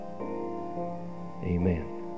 Amen